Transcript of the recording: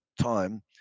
time